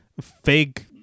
fake